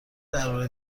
درباره